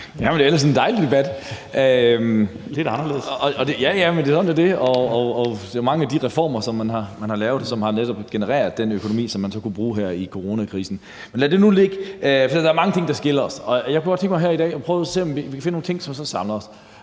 dejlig debat. (Rune Lund (EL): Den er lidt anderledes). Ja ja, men sådan er det. Det er jo mange af de reformer, man har lavet, som netop har genereret den økonomi, som man så har kunnet bruge her i coronakrisen. Men lad nu det ligge. Der er mange ting, der skiller os, og jeg kunne godt tænke mig her i dag at prøve at se, om vi kan finde nogle ting, som samler os.